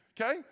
Okay